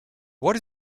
what